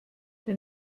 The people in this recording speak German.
der